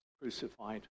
crucified